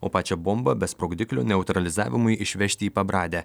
o pačią bombą be sprogdiklio neutralizavimui išvežti į pabradę